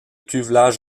cuvelage